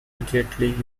immediately